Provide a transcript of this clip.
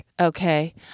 Okay